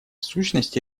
сущности